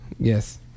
Yes